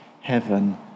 heaven